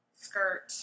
skirt